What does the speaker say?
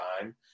time